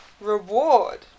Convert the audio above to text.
reward